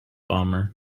bomber